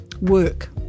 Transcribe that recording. work